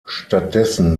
stattdessen